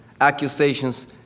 accusations